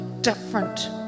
different